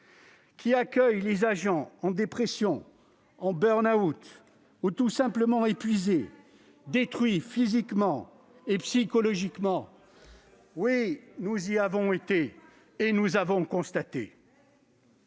qui accueille les agents en dépression, en burn-out ou tout simplement épuisés, détruits physiquement et psychologiquement. Oui, nous y avons été et nous avons constaté